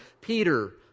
Peter